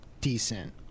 decent